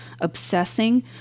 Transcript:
obsessing